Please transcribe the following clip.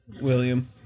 William